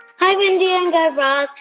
hi, mindy and guy raz.